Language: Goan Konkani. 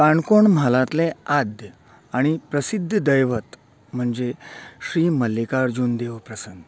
काणकोण म्हालांतले आद्य आनी प्रसिध्द दैवत म्हणजे श्री मल्लिकार्जून देव प्रसन्न